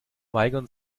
weigern